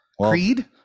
Creed